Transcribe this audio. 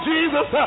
Jesus